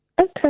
Okay